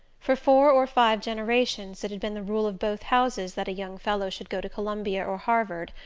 for four or five generations it had been the rule of both houses that a young fellow should go to columbia or harvard,